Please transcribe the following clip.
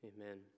amen